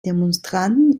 demonstranten